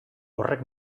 horrek